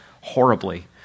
horribly